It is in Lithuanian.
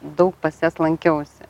daug pas jas lankiausi